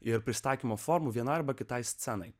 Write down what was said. ir pristatymo formų viena arba kitai scenai